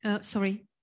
Sorry